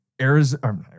Arizona